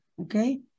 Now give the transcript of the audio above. Okay